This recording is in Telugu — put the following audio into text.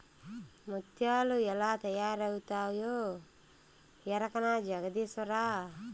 ముత్యాలు ఎలా తయారవుతాయో ఎరకనా జగదీశ్వరా